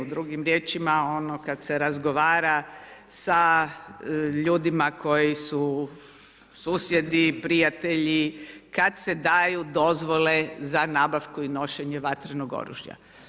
Drugim riječima ono kada se razgovara sa ljudima koji su susjedi, prijatelji kada se daju dozvole za nabavku i nošenje vatrenog oružja.